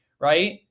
right